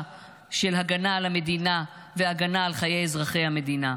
של הגנה על המדינה והגנה על חיי אזרחי המדינה.